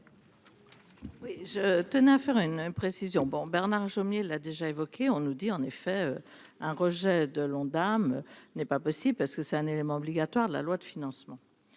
je tenais à faire une imprécision bon Bernard Jomier là déjà évoqué, on nous dit en effet un rejet de l'Ondam, n'est pas possible parce que c'est un élément obligatoire de la loi de financement